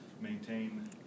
maintain